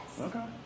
Okay